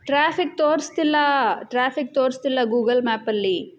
traffic ತೋರಿಸ್ತಿಲ್ಲಾ traffic ತೋರಿಸ್ತಿಲ್ಲ Google ಮ್ಯಾಪಲ್ಲಿ